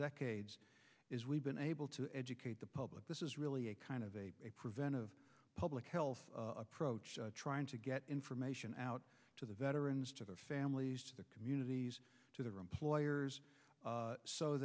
decades is we've been able to educate the public this is really a kind of a preventive public health approach trying to get information out to the veterans to their families to the communities to the er employers